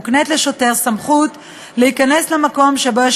מוקנית לשוטר סמכות להיכנס למקום שבו יש